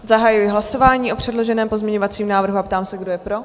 Zahajuji hlasování o předloženém pozměňovacím návrhu a ptám se, kdo je pro?